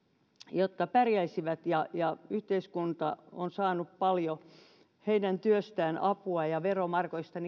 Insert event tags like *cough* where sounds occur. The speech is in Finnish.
jotta pärjäisivät ja ja yhteiskunta on saanut paljon heidän työstään ja veromarkoistaan *unintelligible*